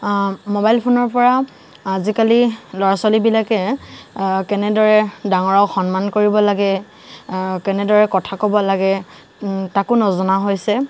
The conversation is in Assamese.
মোবাইল ফোনৰ পৰা আজিকালি ল'ৰা ছোৱালীবিলাকে কেনেদৰে ডাঙৰক সন্মান কৰিব লাগে কেনেদৰে কথা ক'ব লাগে তাকো নজনা হৈছে